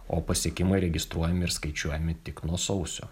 o pasiekimai registruojami ir skaičiuojami tik nuo sausio